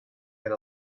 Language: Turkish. yer